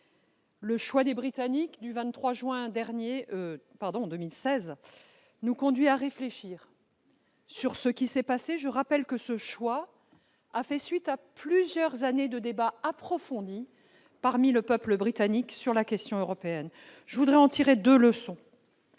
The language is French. Le choix des Britanniques du 23 juin 2016 nous conduit à réfléchir sur ce qui s'est passé. Je rappelle que ce vote a fait suite à plusieurs années de débats approfondis parmi le peuple britannique sur la question européenne. J'en tirerai deux leçons.